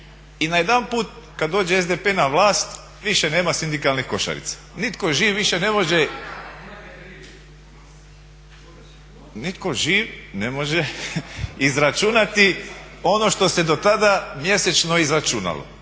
i najedanput kad dođe SDP na vlast više nema sindikalnih košarica. Nitko živ više ne može… … /Buka u dvorani./… Nitko živ ne može izračunati